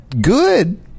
good